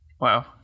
Wow